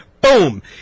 boom